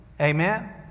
amen